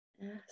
Yes